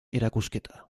erakusketa